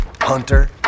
Hunter